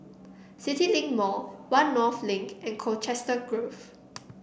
CityLink Mall One North Link and Colchester Grove